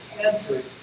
cancer